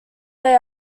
they